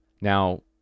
Now